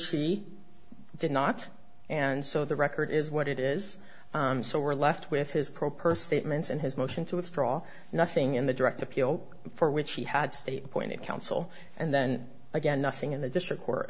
she did not and so the record is what it is so we're left with his pro per statements and his motion to withdraw nothing in the direct appeal for which he had state appointed counsel and then again nothing in the district